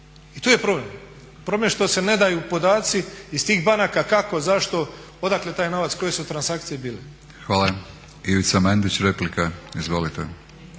I tu je problem. Problem je što se ne daju podaci iz tih banaka kako, zašto, odakle taj novac, koje su transakcije bile. **Batinić, Milorad (HNS)** Hvala.